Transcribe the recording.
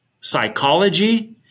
psychology